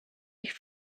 ich